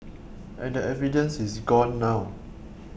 and the evidence is gone now